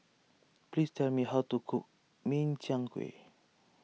please tell me how to cook Min Chiang Kueh